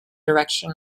direction